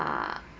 ah